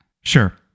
Sure